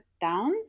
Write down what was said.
down